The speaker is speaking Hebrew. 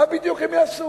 מה בדיוק הם יעשו?